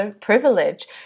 privilege